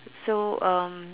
so uh